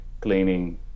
cleaning